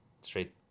straight